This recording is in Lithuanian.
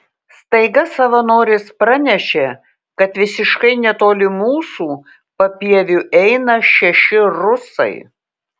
staiga savanoris pranešė kad visiškai netoli mūsų papieviu eina šeši rusai